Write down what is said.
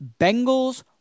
Bengals